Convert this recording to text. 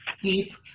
deep